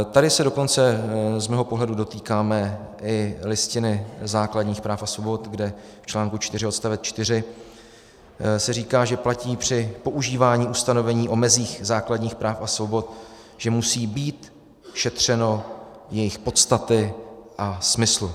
Tady se dokonce z mého pohledu dotýkáme i Listiny základních práv a svobod, kde v čl. 4 odst. 4 se říká, že platí při používání ustanovení o mezích základních práv a svobod, že musí být šetřeno jejich podstaty a smyslu.